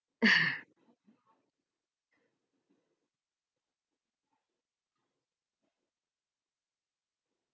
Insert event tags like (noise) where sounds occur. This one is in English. (laughs)